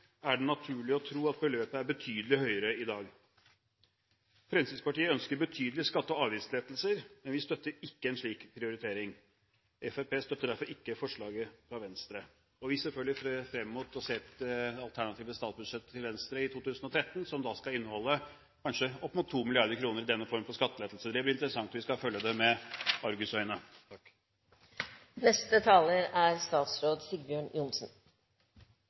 er det naturlig å tro at beløpet er betydelig høyere i dag. Fremskrittspartiet ønsker betydelige skatte- og avgiftslettelser, men vi støtter ikke en slik prioritering. Fremskrittspartiet støtter derfor ikke forslaget fra Venstre, og vi ser selvfølgelig frem mot det alternative statsbudsjettet til Venstre i 2013, som da skal inneholde – kanskje – opp mot 2 mrd. kr i denne form for skattelettelser. Det blir interessant. Vi skal følge det med